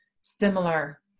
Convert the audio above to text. similar